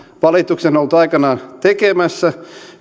valituksen ollut aikanaan tekemässä